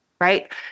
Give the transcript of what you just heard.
right